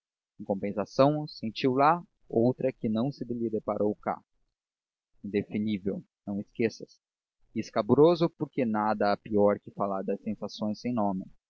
em compensação sentiu lá outra que não se lhe deparou cá indefinível não esqueças e escabroso porque nada há pior que falar de sensações sem nome